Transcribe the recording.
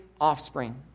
offspring